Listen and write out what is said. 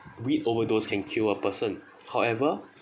weed overdose can kill a person however